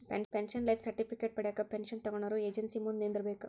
pension life certificate ಪಡ್ಯಾಕ pension ತೊಗೊನೊರ agency ಮುಂದ ನಿಂದ್ರಬೇಕ್